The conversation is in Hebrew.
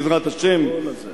בעזרת השם,